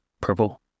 purple